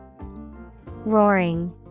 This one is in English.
Roaring